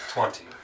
Twenty